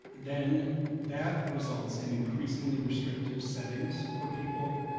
then that results in increasingly restrictive settings for people,